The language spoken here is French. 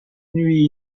nuit